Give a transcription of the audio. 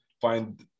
find